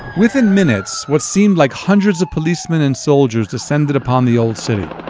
within minutes what seemed like hundreds of policemen and soldiers descended upon the old city.